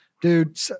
Dude